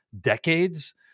decades